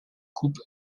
coupe